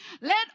Let